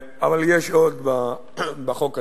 אבל יש עוד בחוק עצמו.